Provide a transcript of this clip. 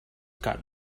got